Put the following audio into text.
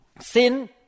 Sin